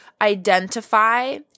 identify